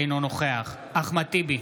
אינו נוכח אחמד טיבי,